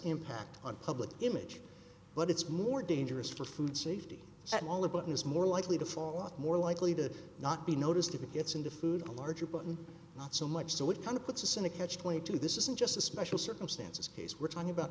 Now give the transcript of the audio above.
impact on public image but it's more dangerous for food safety at all about who's more likely to fall out more likely to not be noticed if it gets into food a larger button not so much so it kind of puts us in a catch twenty two this isn't just a special circumstances case we're talking about